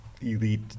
Elite